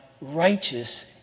righteous